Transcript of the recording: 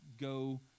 go